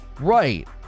right